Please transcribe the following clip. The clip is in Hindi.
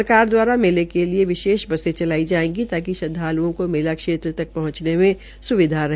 सरकार द्वारा मेले के लिए विशेष बसे चलाई जायेंगी ताकि श्रदवालुओं को मेला क्षेत्र तक पहंचने में सुविधा रहे